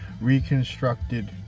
reconstructed